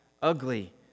Ugly